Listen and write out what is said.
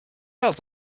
else